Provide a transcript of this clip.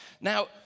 now